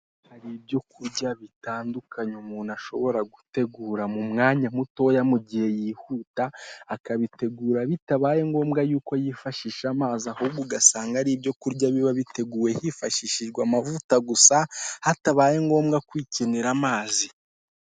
Hari ibyo kurya bitandukanye umuntu ashobora gutegura mu mwanya mutoya mu gihe yihuta, akabitegura bitabaye ngombwa yuko yifashisha amazi, ahubwo ugasanga ari ibyo kurya biba biteguye hifashishijwe amavuta gusa hatabaye ngombwa ko hifashishwa amazi.